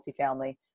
multifamily